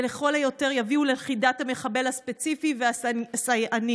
ולכל היותר יביאו ללכידת המחבל הספציפי והסייענים.